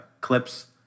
clips